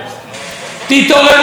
חבר הכנסת רוברט טיבייב,